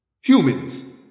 Humans